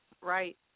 Right